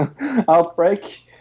outbreak